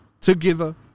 Together